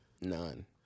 None